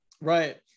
right